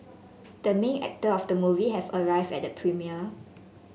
the main actor of the movie have arrived at the premiere